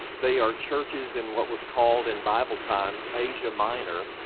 they are churches in what was called in bible times asia minor,